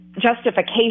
justification